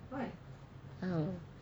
I don't know